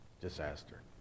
disaster